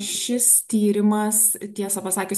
šis tyrimas tiesą pasakius